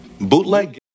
Bootleg